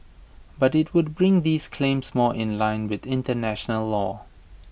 but IT would bring these claims more in line with International law